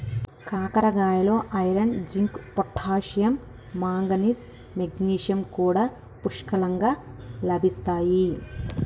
కాకరకాయలో iron, zinc, potassium, manganese, magnesium కూడా పుష్కలంగా లభిస్తాయి